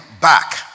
back